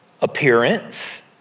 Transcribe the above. appearance